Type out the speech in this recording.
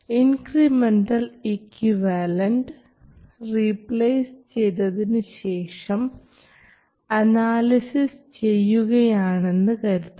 incremental equivalent replace ചെയ്തതിനുശേഷം analysis ചെയ്യുകയാണെന്ന് കരുതുക